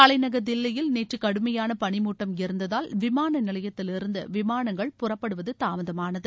தலைநகர் தில்லியில் நேற்று கடுமையான பனிமூட்டம் இருந்ததால் விமான நிலையத்திலிருந்து விமானங்கள் புறப்படுவது தாமதமானது